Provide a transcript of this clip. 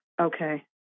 Okay